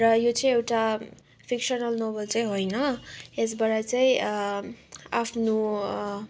र यो चाहिँ एउटा फिक्सनल नोभल चाहिँ होइन यसबाट चाहिँ आफ्नो